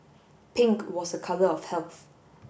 pink was a colour of health